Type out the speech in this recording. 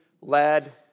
led